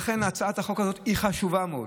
לכן הצעת החוק הזאת חשובה מאוד.